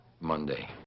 Monday